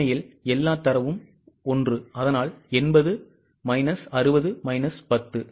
உண்மையில் எல்லா தரவும் ஒன்று அதனால் 80 மைனஸ் 60 மைனஸ் 10